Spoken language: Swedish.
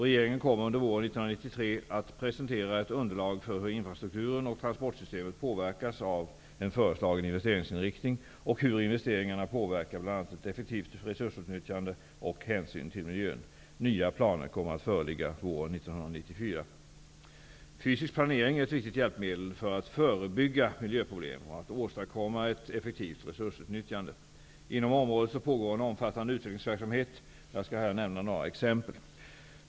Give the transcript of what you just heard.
Regeringen kommer våren 1993 att presentera ett underlag för hur infrastrukturen och transportsystemet påverkas av en föreslagen investeringsinriktning och hur investeringarna påverkar bl.a. ett effektivt resursutnyttjande och hänsyn till miljön. Nya planer kommer att föreligga våren 1994. Fysisk planering är ett viktigt hjälpmedel för att förebygga miljöproblem och åstadkomma ett effektivt resursutnyttjande. Inom området pågår en omfattande utvecklingsverksamhet, och jag skall nämna några exempel.